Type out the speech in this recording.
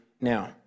now